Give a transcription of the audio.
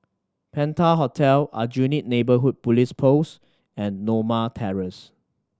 Penta Hotel Aljunied Neighbourhood Police Post and Norma Terrace